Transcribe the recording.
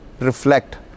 reflect